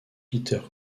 peter